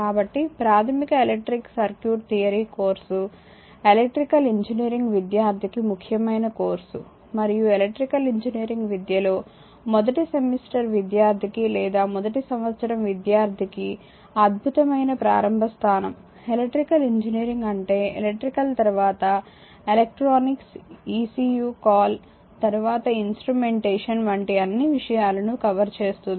కాబట్టి ప్రాథమిక electric circuit theory course electrical engineering విద్యార్థికి ముఖ్యమైన కోర్సు మరియు ఎలక్ట్రికల్ ఇంజనీరింగ్ విద్యలో మొదటి సెమిస్టర్ విద్యార్థికి లేదా మొదటి సంవత్సరం విద్యార్థికి అద్భుతమైన ప్రారంభ స్థానం ఎలక్ట్రికల్ ఇంజనీరింగ్ అంటే ఎలక్ట్రికల్ తర్వాత ఎలక్ట్రానిక్స్ ecu కాల్ తర్వాత ఇన్స్ట్రుమెంటేషన్ వంటి అన్నీ విషయాలను కవర్ చేస్తుంది